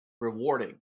rewarding